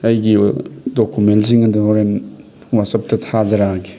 ꯑꯩꯒꯤ ꯑꯣꯏ ꯗꯣꯀꯨꯃꯦꯟꯁꯤꯡ ꯑꯗꯣ ꯍꯣꯔꯦꯟ ꯋꯥꯆꯞꯇ ꯊꯥꯖꯔꯛꯑꯒꯦ